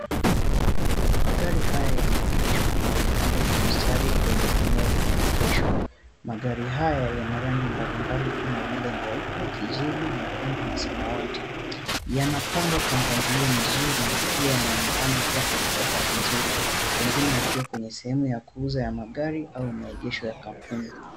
Magari haya yameegeshwa na yamepangwa kwa mstari kwenye eneo la maegesho. Magari haya yana rangi mbalimbali kama vile nyeupe, kijivu, nyekundu na samawati. Yanapangwa kwa mpangilio mzuri na pia yanaonekana kuwa katika hali nzuri, pengine yakiwa kwenye sehemu ya kuuza ya magari au maegesho ya kampuni.